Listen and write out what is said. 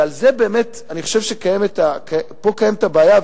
ובאמת אני חושב שפה קיימת הבעיה,